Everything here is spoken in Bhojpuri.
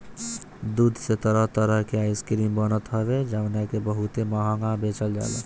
दूध से तरह तरह के आइसक्रीम बनत हवे जवना के बहुते महंग बेचाला